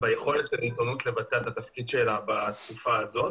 ביכולת של העיתונות לבצע את התפקיד שלה בתקופה הזאת.